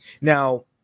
Now